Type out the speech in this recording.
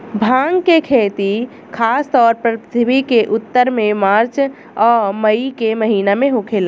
भांग के खेती खासतौर पर पृथ्वी के उत्तर में मार्च आ मई के महीना में होखेला